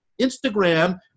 Instagram